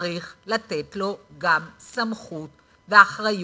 צריך לתת לו גם סמכות ואחריות,